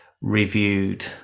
reviewed